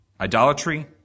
idolatry